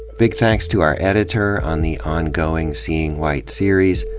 big thanks to our editor on the ongoing seeing white series,